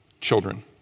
children